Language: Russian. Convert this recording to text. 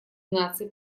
наций